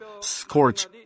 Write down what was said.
scorch